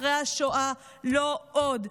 אחרי השואה: לא עוד,